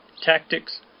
tactics